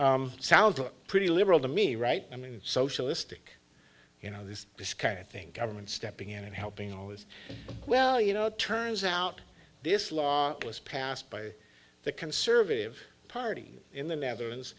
question sounds pretty liberal to me right i mean socialistic you know this this kind of thing government stepping in and helping all is well you know it turns out this law was passed by the conservative party in the netherlands